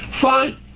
fine